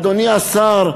אדוני השר,